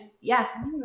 yes